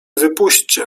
wypuśćcie